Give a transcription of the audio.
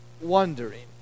wondering